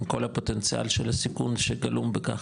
עם כל הפוטנציאל של הסיכון שגלום בכך,